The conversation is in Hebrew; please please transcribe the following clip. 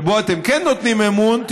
שבו אתם כן נותנים אמון,